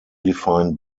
defined